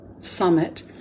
summit